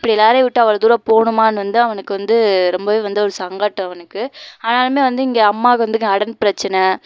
இப்படி எல்லாரையும் விட்டு அவ்வளோ தூரம் போகணுமான்னு வந்து அவனுக்கு வந்து ரொம்பவே வந்து ஒரு சங்கட்டம் அவனுக்கு ஆனாலுமே வந்து இங்கே அம்மாவுக்கு வந்து கடன் பிரச்சனை